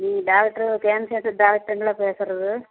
ம் doctor scan centre டாக்ட்ருங்களா பேசுகிறது